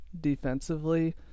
defensively